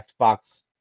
Xbox